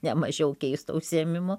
nemažiau keisto užsiėmimo